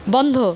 বন্ধ